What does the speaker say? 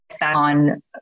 on